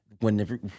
whenever